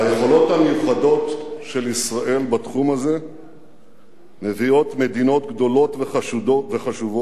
היכולות המיוחדות של ישראל בתחום הזה מביאות מדינות גדולות וחשובות